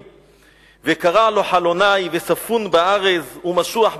וקרע לו חלוני וספון בארז ומשוח בששר".